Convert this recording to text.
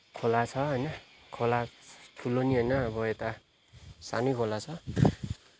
खोला छ होइन खोला ठुलो पनि होइन अब यता सानै खोला छ